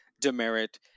demerit